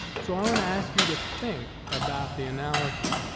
so i wanna ask you to think about the analogy.